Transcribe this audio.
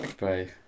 Bye